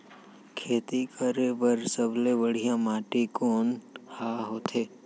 खेती करे बर सबले बढ़िया माटी कोन हा होथे?